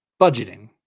budgeting